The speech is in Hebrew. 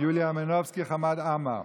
יוליה מלינובסקי וחמד עמאר,